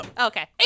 okay